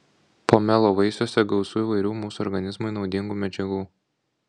pomelo vaisiuose gausu įvairių mūsų organizmui naudingų medžiagų